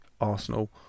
Arsenal